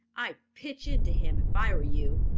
i'd pitch into him if i were you.